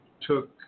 took